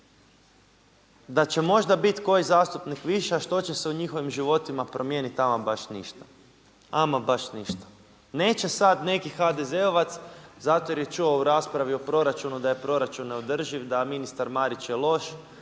da će možda biti koji zastupnik više a što će se u njihovim životima promijeniti? Ama baš ništa, ama baš ništa. Neće sada neki HDZ-ovac zato jer je čuo u raspravi o proračunu da je proračun neodrživ, da ministar Marić je loš.